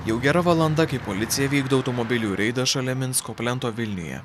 jau gera valanda kai policija vykdo automobilių reidą šalia minsko plento vilniuje